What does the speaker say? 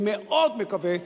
אני מאוד מקווה,